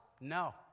no